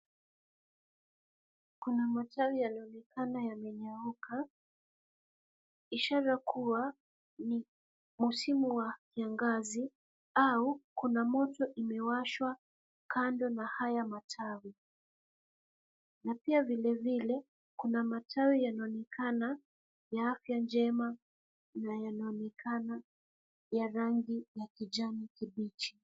Kuna matawi yanaonekana yameyauka, ishara kuwa ni msimu wa kiangazi au kuna moto imewashwa kando na haya matawi, na pia vilevile kuna matawi yanaonekana ya afya njema na yanaonekana ya rangi ya kijani kibichi.